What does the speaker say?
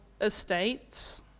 estates